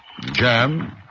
Jam